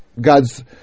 God's